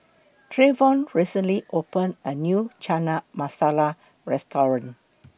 Trayvon recently opened A New Chana Masala Restaurant